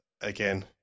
again